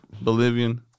Bolivian